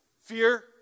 Fear